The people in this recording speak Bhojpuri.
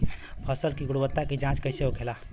फसल की गुणवत्ता की जांच कैसे होखेला?